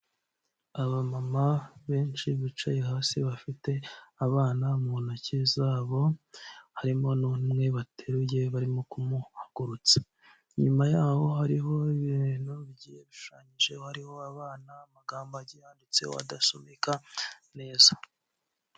Aba mama benshi bicaye hasi bafite abana mu ntoki zabo harimo numwe bateruye barimo kumuhagurutsa nyuma yaho hariho ibintu bigiye bishushanyije hariho abana amagambo agiye yanditseho adasomeka neza.